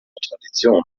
tradition